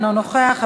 אינו נוכח,